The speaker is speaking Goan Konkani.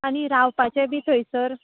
आनी रावपाचें बी थंयसर